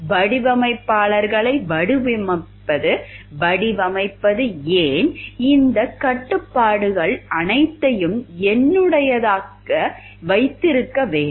வடிவமைப்பாளர்களை வடிவமைப்பது ஏன் இந்த கட்டுப்பாடுகள் அனைத்தையும் என்னுடையதாக வைத்திருக்க வேண்டும்